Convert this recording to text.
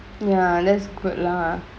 ya that's good lah